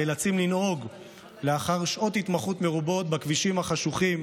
נאלצים לנהוג לאחר שעות התמחות מרובות בכבישים חשוכים,